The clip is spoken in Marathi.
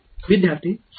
विद्यार्थी 7